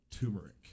turmeric